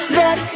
let